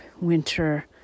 winter